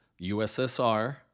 USSR